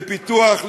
לפיתוח,